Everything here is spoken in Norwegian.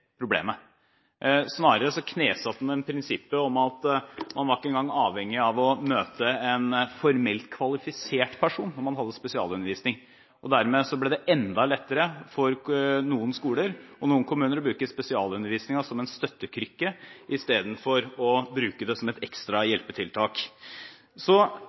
problemet, snarere knesatte den prinsippet om at man ikke engang var avhengig av å møte en formelt kvalifisert person når man hadde spesialundervisning. Dermed ble det enda lettere for noen skoler og noen kommuner å bruke spesialundervisningen som en støttekrykke, istedenfor å bruke den som et ekstra hjelpetiltak. Så